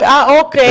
אוקי.